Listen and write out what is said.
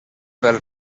pel